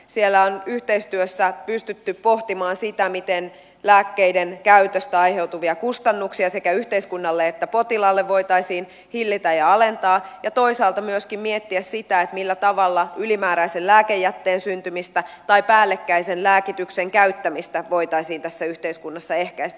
siellä on yhteistyössä pystytty pohtimaan sitä miten lääkkeidenkäytöstä aiheutuvia kustannuksia sekä yhteiskunnalle että potilaalle voitaisiin hillitä ja alentaa ja toisaalta myöskin miettimään sitä millä tavalla ylimääräisen lääkejätteen syntymistä tai päällekkäisen lääkityksen käyttämistä voitaisiin tässä yhteiskunnassa ehkäistä